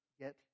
get